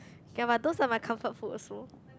ya but those are my comfort food also